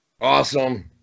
Awesome